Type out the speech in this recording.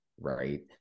Right